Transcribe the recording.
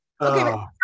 Okay